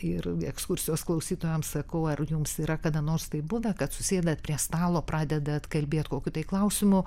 ir ekskursijos klausytojam sakau ar jums yra kada nors taip buvę kad susėdat prie stalo pradedat kalbėt kokiu klausimu